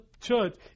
church